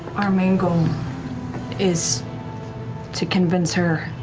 our main goal is to convince her